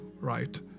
right